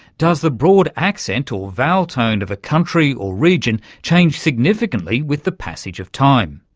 does the broad accent or vowel tone of a country or region change significantly with the passage of time?